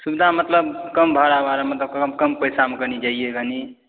सुविधा मतलब कम भाड़ावला कम पैसामे कनि जाइए कनि